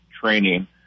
training